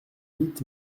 huit